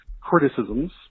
criticisms